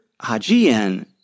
Hajian